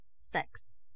sex